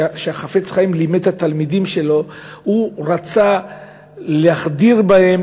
כשהחפץ-חיים לימד את התלמידים שלו הוא רצה להחדיר בהם